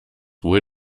wohl